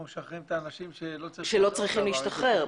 משחררים את האנשים שלא צריכים להשתחרר.